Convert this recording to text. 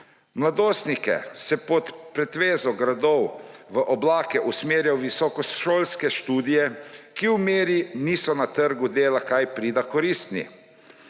Mladostnike se pod pretvezo gradov v oblakih usmerja v visokošolske študije, ki v veliki meri na trgu dela niso kaj prida koristni.